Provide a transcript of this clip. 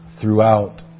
throughout